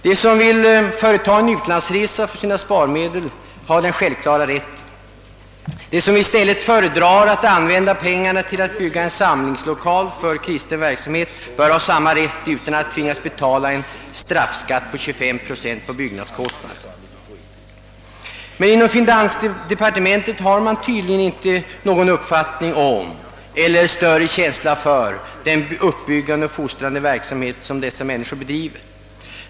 Den som vill företa en utlandsresa för sina sparmedel har den självklara rätten att göra detta. De som i stället föredrar att använda pengarna till att bygga en samlingslokal för kristen verksamhet bör ha samma rätt utan att tvingas att betala straffskatt på 25 procent av byggnadskostnaderna. Men inom finansdepartementet har man tydligen inte någon större känsla för den uppbyggande och fostrande verksamhet som dessa människor bedriver.